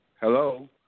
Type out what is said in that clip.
Hello